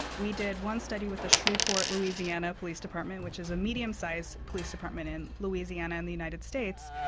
we did one study with the shreveport louisiana police department, which is a medium-sized police department in louisiana in the united states,